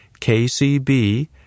kcb